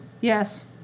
Yes